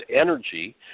energy